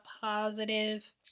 positive